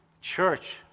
Church